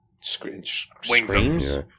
Screams